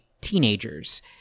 teenagers